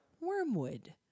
wormwood